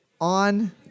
on